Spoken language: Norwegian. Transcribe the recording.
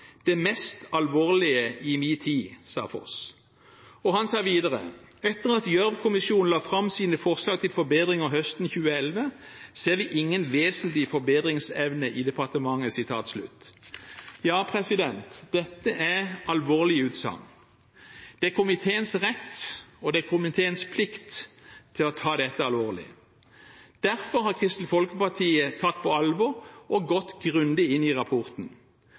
Den mest alvorlige i min tid, sa Foss. Han sa videre: «Etter at Gjørv-kommisjonen la fram sine forslag til forbedringer høsten 2011, ser vi ingen vesentlig forbedringsevne i departementet.» Dette er alvorlige utsagn. Det er komiteens rett, og det er komiteens plikt å ta dette alvorlig. Derfor har Kristelig Folkeparti tatt på alvor og gått grundig inn i rapporten.